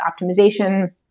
optimization